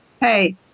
hey